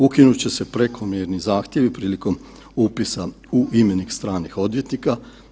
Ukinut će se prekomjerni zahtjevi prilikom upisa u imenik stranih odvjetnika.